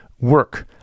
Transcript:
work